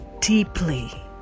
deeply